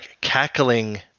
cackling